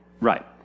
Right